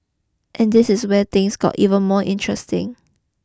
and this is where things get even more interesting